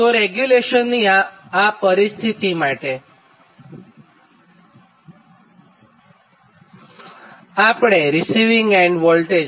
તો રેગ્યુલેશનની પરિસ્થીતિમાં આપણે રીસિવીંગ એન્ડ વોલ્ટેજ 10